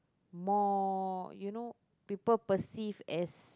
more you know people perceive is